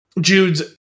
Jude's